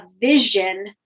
vision